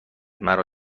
مرا